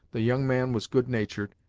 the young man was good natured,